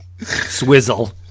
swizzle